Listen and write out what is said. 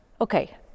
Okay